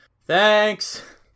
Thanks